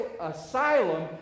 asylum